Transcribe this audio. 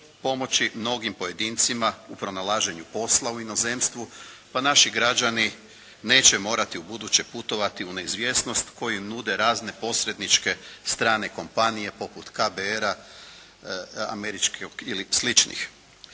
pomoći mnogim pojedincima u pronalaženju posla u inozemstvu, pa naši građani neće morati ubuduće putovati u neizvjesnost koje im nude razne posredničke strane kompanije poput KBR-a, američkog ili sličnih.